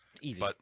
Easy